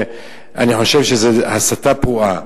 אני חושב שזאת הסתה פרועה.